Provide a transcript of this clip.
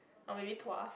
or maybe Tuas